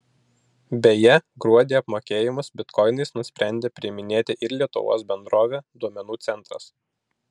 beje gruodį apmokėjimus bitkoinais nusprendė priiminėti ir lietuvos bendrovė duomenų centras